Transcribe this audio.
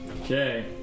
Okay